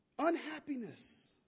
unhappiness